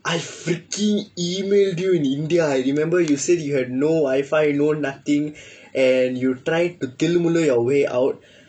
I freaking emailed you in India I remember you said you had no wifi no nothing and you try to thillu mullu mullu your way out